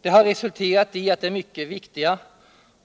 Det har resulterat i att det mycket viktiga